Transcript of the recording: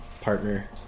partner